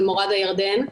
של מורד הירדן.